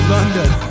London